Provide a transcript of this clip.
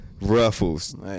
ruffles